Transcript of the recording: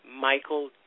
Michael